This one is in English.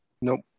Nope